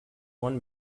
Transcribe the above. one